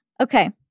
okay